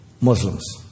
Muslims